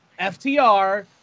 FTR